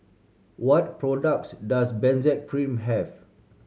what products does Benzac Cream have